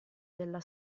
della